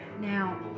now